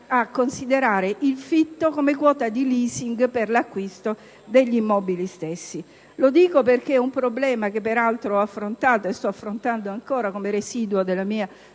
a considerare il fitto come quota di *leasing* per l'acquisto degli immobili stessi. Lo dico perché è una questione, che peraltro ho affrontato e ancora sto affrontando come residuo della mia